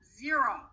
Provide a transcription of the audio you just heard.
Zero